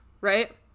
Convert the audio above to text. right